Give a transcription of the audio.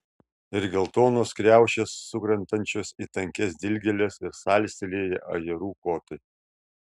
ir geltonos kriaušės sukrentančios į tankias dilgėles ir salstelėję ajerų kotai